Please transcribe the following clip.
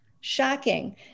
shocking